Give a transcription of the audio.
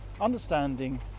understanding